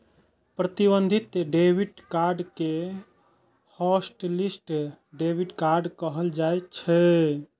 प्रतिबंधित debit card कें hotlist debit card कहल जाइ छै